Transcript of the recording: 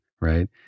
right